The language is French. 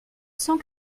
cent